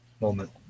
moment